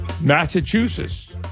Massachusetts